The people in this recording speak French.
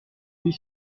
huit